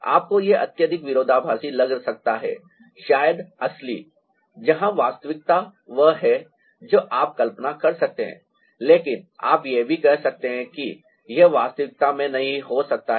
आपको यह अत्यधिक विरोधाभासी लग सकता है शायद असली जहां वास्तविकता वह है जो आप कल्पना कर सकते हैं लेकिन आप यह भी कह सकते हैं कि यह वास्तविकता में नहीं हो सकता है